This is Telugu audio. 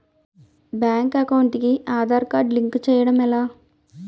బ్యాంక్ అకౌంట్ కి ఆధార్ కార్డ్ లింక్ చేయడం ఎలా?